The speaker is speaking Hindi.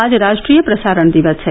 आज राष्ट्रीय प्रसारण दिवस है